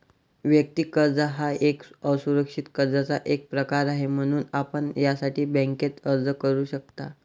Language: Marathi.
वैयक्तिक कर्ज हा एक असुरक्षित कर्जाचा एक प्रकार आहे, म्हणून आपण यासाठी बँकेत अर्ज करू शकता